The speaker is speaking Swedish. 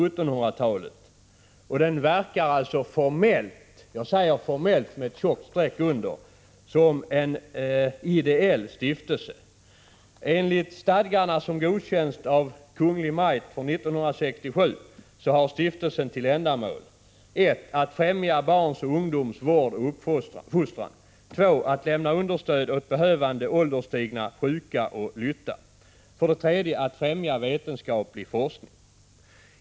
1985/86:127 från 1700-talet, och den verkar formellt — jag stryker under det med ett tjockt streck — som en ideell stiftelse. Enligt stadgarna, som godkänts av Kungl. Maj:t 1967, har stiftelsen till ändmål: 3. att främja vetenskaplig forskning.